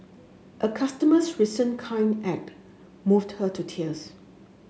a customer's recent kind act moved her to tears